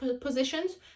positions